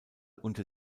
unter